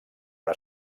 per